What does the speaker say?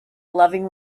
loving